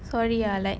sorry ah like